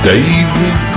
David